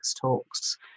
talks